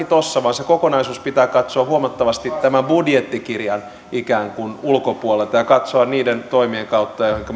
tuossa vaan se kokonaisuus pitää katsoa huomattavasti tämän budjettikirjan ikään kuin ulkopuolelta ja katsoa niiden toimien kautta joihinka